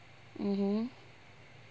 mmhmm